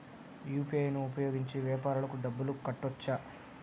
UPI ను ఉపయోగించి వ్యాపారాలకు డబ్బులు కట్టొచ్చా?